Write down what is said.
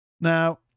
now